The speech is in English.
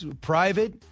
private